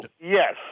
yes